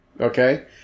Okay